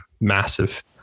massive